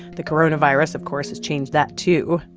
the coronavirus, of course, has changed that, too.